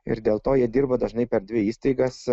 ir dėl to jie dirba dažnai per dvi įstaigas